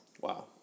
Wow